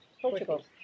Portugal